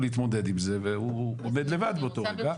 להתמודד עם זה והוא עומד לבד באותו רגע.